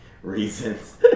reasons